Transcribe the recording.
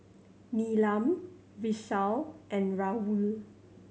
Neelam Vishal and Rahul